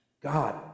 god